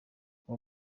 uwo